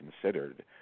considered